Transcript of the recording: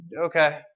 Okay